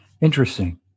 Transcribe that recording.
Interesting